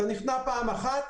אתה נכנע פעם אחת,